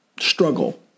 struggle